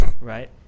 Right